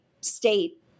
state